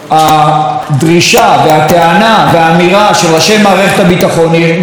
הדרישה והטענה והאמירה של ראשי מערכת הביטחון נשארה בעינה.